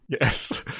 Yes